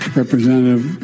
representative